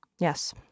Yes